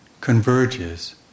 converges